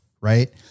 right